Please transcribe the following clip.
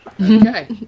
Okay